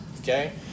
Okay